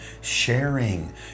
sharing